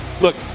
look